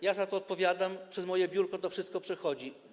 Ja za to odpowiadam, przez moje biurko to wszystko przechodzi.